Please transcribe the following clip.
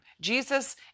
Jesus